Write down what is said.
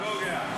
דמגוגיה.